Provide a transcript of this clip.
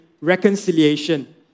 reconciliation